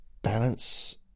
Balance